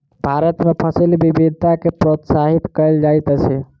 भारत में फसिल विविधता के प्रोत्साहित कयल जाइत अछि